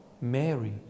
Mary